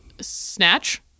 snatch